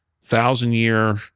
thousand-year